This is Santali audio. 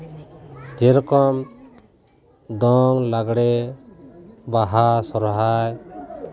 ᱡᱮ ᱨᱚᱠᱚᱢ ᱫᱚᱝ ᱞᱟᱜᱽᱲᱮ ᱵᱟᱦᱟ ᱥᱚᱨᱦᱟᱭ